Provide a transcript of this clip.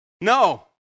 No